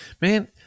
man